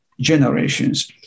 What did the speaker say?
generations